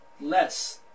less